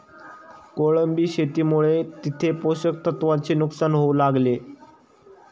कोळंबी शेतीमुळे तिथे पोषक तत्वांचे नुकसान होऊ लागले